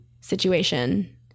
situation